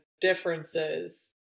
differences